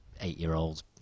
eight-year-olds